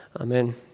Amen